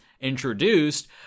introduced